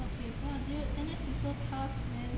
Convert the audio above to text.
okay !wah! dude N_S is so tough man